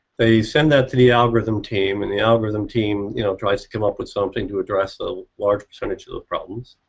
they send that to the algorithm team and the algorithm team you know tries to come up with something to address the large percentage of the problems,